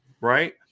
right